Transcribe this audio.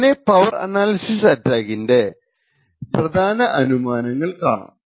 അങ്ങനെ power analysis അറ്റാക്കിന്റെ പ്രധാന അനുമാനങ്ങൾ കാണാം